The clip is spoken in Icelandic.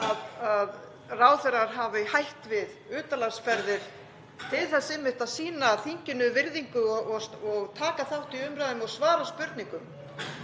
að ráðherrar hafi hætt við utanlandsferðir til þess að sýna einmitt þinginu virðingu og taka þátt í umræðum og svara spurningum.